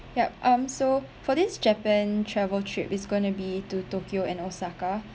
yup um so for this japan travel trip it's gonna be to tokyo and osaka